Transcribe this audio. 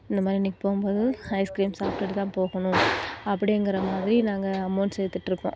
இந்தமாதிரி இன்னைக்கி போகும்போது ஐஸ்க்ரீம் சாப்பிட்டுட்டு தான் போகணும் அப்படிங்கிறமாதிரி நாங்கள் அமௌண்ட் சேர்த்துட்ருப்போம்